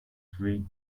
free